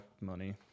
money